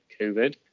COVID